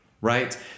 Right